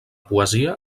poesia